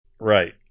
Right